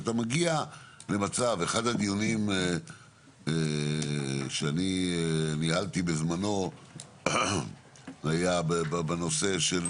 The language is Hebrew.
אחד הדיונים שאני ניהלתי בזמנו היה בנושא של